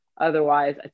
otherwise